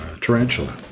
tarantula